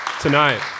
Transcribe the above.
tonight